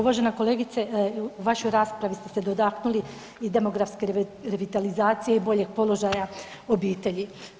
Uvažena kolegice u vašoj raspravi ste se dotaknuli i demografske revitalizacije i boljeg položaja obitelji.